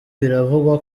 biravugwa